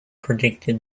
predicted